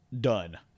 Done